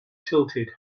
tilted